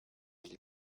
ville